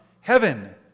heaven